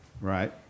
Right